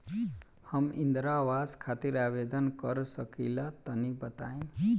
हम इंद्रा आवास खातिर आवेदन कर सकिला तनि बताई?